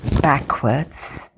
backwards